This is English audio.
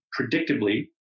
predictably